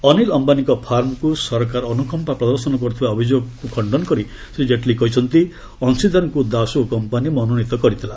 ଅନୀଲ ଅମ୍ଘାନୀଙ୍କ ଫାର୍ମକୁ ସରକାର ଅନୁକମ୍ପା ପ୍ରଦର୍ଶନ କରୁଥିବା ଅଭିଯୋଗ କରି ଶ୍ରୀ ଜେଟଲୀ କହିଛନ୍ତି ଅଂଶୀଦାରଙ୍କୁ ଦାସୋ କମ୍ପାନୀ ମନୋନୀତ କରିଥିଲା